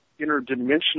interdimensional